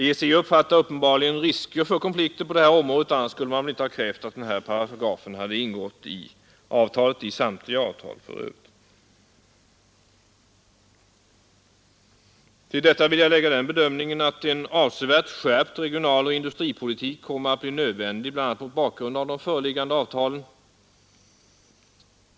EEC anser uppenbarligen att det föreligger risker för konflikter på det här området - annars hade man väl inte krävt att den här paragrafen skulle ingå i Till detta vill jag lägga den bedömningen, att en avsevärt skärpt regionalpolitik och industripolitik kommer att bli nödvändig bl.a. mot bakgrund av de föreliggande avtalen.